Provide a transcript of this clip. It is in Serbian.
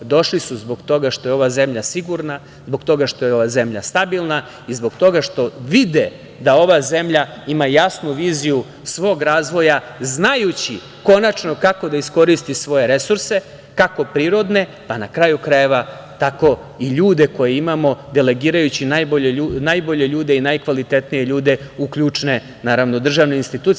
Došli su zbog toga što je ova zemlja sigurna, zbog toga što je ova zemlja stabilna i zbog toga što vide da ova zemlja ima jasnu viziju svog razvoja, znajući konačno kako da iskoristi svoje resurse, kako prirodne, pa na kraju krajeva i ljude koje imamo delegirajući najbolje ljude i najkvalitetnije ljude u ključne državne institucije.